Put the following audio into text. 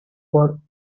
for